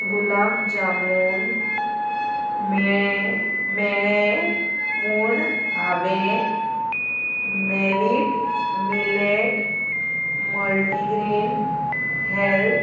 गुलाब जामून मेळे मेळ्ळे म्हूण हांवें मेलीट मिलेट मल्टीग्रेन हेल्थ